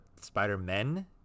Spider-Men